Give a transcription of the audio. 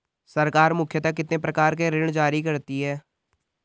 सरकार मुख्यतः कितने प्रकार के ऋण जारी करती हैं?